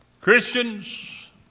Christians